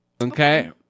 Okay